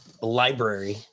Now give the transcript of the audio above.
library